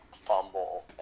fumble